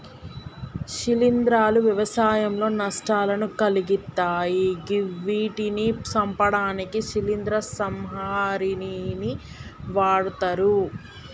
శిలీంద్రాలు వ్యవసాయంలో నష్టాలను కలిగిత్తయ్ గివ్విటిని సంపడానికి శిలీంద్ర సంహారిణిని వాడ్తరు